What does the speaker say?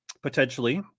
potentially